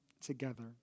together